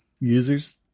users